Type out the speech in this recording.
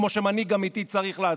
כמו שמנהיג אמיתי צריך לעשות,